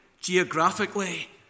geographically